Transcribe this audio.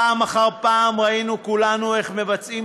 פעם אחר פעם ראינו כולנו איך מבצעים